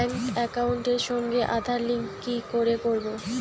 Bank একাউন্টের সঙ্গে Aadhaar link কি করে করবো?